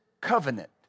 covenant